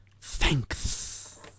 thanks